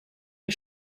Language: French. les